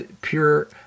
pure